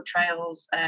portrayals